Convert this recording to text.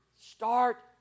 Start